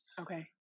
Okay